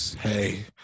Hey